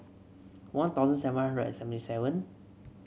One Thousand seven hundred seventy seven